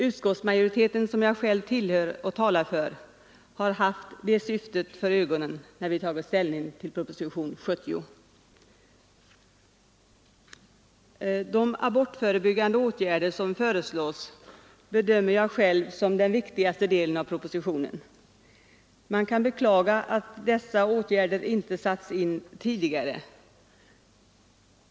Utskottsmajoriteten, som jag själv tillhör och talar för, har haft det syftet för ögonen när vi tagit ställning till propositionen 70. De abortförebyggande åtgärder som föreslås bedömer jag själv som den viktigaste delen av propositionen. Man kan beklaga att dessa åtgärder inte satts in tidigare.